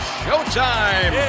showtime